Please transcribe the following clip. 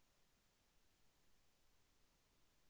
వరి ఎన్ని రోజులు నిల్వ ఉంచాలి?